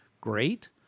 Great